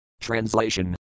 Translation